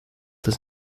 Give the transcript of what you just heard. his